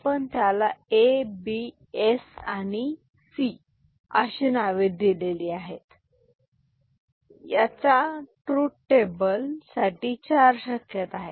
आपण त्याला A B S आणि C अशी नावे दिलेली आहेत याच्या ट्रूथ टेबल साठी चार शक्यता आहेत